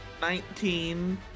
nineteen